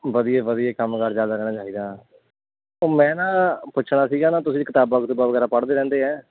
ਵਧੀਆ ਵਧੀਆ ਕੰਮ ਕਾਰ ਚੱਲਦਾ ਰਹਿਣਾ ਚਾਹੀਦਾ ਮੈਂ ਨਾ ਪੁੱਛਣਾ ਸੀਗਾ ਨਾ ਤੁਸੀਂ ਕਿਤਾਬਾਂ ਕਤੂਬਾਂ ਵਗੈਰਾ ਪੜ੍ਹਦੇ ਰਹਿੰਦੇ ਹੈ